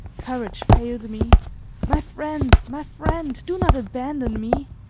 courage fails me my friend, my friend, do not abandon me!